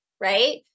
right